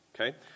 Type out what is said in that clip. okay